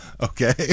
Okay